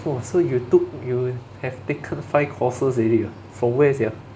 oh so you took you have taken five courses already ah from where sia